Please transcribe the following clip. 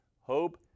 hope